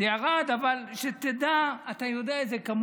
ברוך השם, זה ירד, אבל שתדע, אתה יודע את זה כמוני